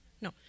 No